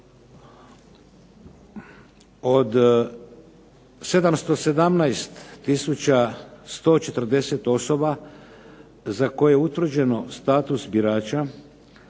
Od 717140 osoba za koje utvrđeno status birača